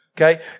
okay